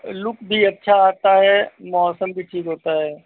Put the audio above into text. look भी अच्छा आता है मौसम भी ठीक होता है